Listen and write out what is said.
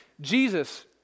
Jesus